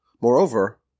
Moreover